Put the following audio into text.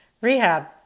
rehab